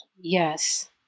yes